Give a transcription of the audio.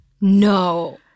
No